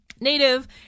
native